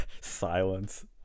Silence